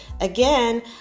Again